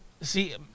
See